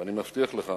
ואני מבטיח לך